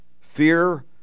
Fear